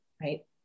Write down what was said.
right